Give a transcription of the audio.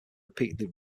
repeatedly